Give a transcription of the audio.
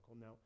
Now